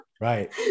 Right